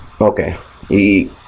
Okay